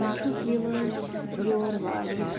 ژٕ چھُکھ یِوان یور واریاہ